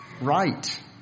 Right